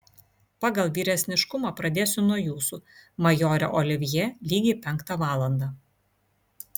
pagal vyresniškumą pradėsiu nuo jūsų majore olivjė lygiai penktą valandą